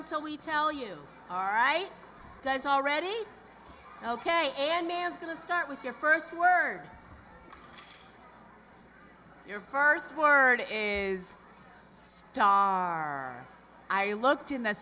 until we tell you all right that is already ok and man's going to start with your first word your first word is star i looked in the